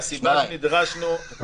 הסיבה לכך